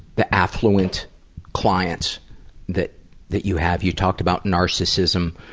the affluent clients that that you have? you talked about narcissism,